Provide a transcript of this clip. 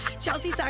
Chelsea